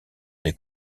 des